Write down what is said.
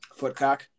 Footcock